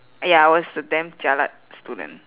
ya I was the damn jialat student